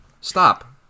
stop